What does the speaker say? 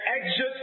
exit